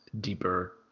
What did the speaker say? deeper